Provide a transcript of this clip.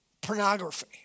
pornography